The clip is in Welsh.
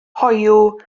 hoyw